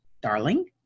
darling